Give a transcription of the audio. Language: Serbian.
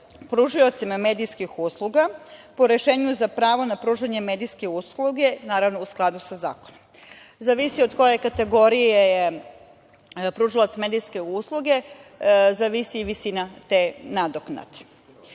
pružaocima medijskih usluga po rešenju za pravo pružanje medijske usluge, naravno u skladu sa zakonom. Zavisi od koje je kategorije pružalac medijske usluge, zavisi i visina te nadoknade.U